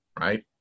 right